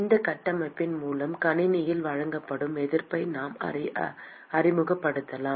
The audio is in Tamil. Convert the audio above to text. இந்த கட்டமைப்பின் மூலம் கணினியால் வழங்கப்படும் எதிர்ப்பை நாம் அறிமுகப்படுத்தலாம்